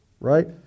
Right